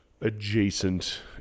adjacent